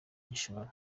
gishoro